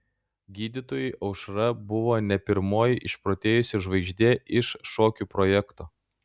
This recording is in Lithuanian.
gydytojui aušra buvo ne pirmoji išprotėjusi žvaigždė iš šokių projekto